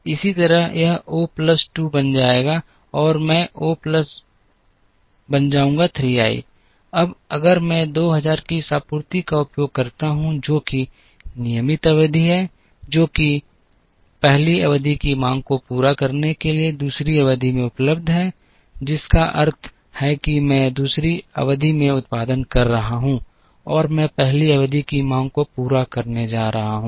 इसी तरह यह ओ प्लस 2 बन जाएगा और मैं ओ प्लस बन जाऊंगा 3 i अब अगर मैं 2000 की इस आपूर्ति का उपयोग करता हूं जो कि नियमित अवधि है जो कि 1 अवधि की मांग को पूरा करने के लिए दूसरी अवधि में उपलब्ध है जिसका अर्थ है कि मैं 2 वीं अवधि में उत्पादन कर रहा हूं और मैं पहली अवधि की मांग को पूरा करने जा रहा हूं